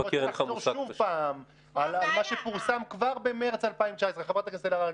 -- אני רוצה לחזור שוב על מה שפורסם כבר במרס 19' חברת הכנסת אלהרר,